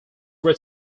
were